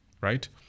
Right